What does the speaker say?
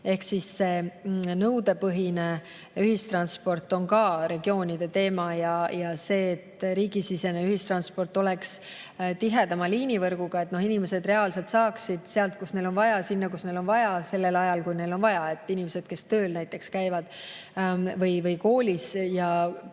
Kindlasti nõudepõhine ühistransport on ka regioonide teema ja see, et riigisisene ühistransport oleks tihedama liinivõrguga, et inimesed reaalselt saaksid sealt, kust neil on vaja, sinna, kuhu neil on vaja, sellel ajal, kui neil on vaja. Inimesed, kes näiteks tööl käivad või koolis.